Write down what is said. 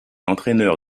entraîneur